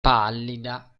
pallida